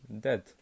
Dead